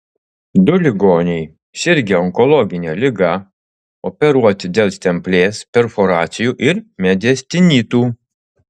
du ligoniai sirgę onkologine liga operuoti dėl stemplės perforacijų ir mediastinitų